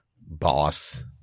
boss